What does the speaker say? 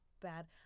bad